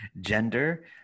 Gender